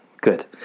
good